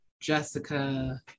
Jessica